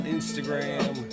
Instagram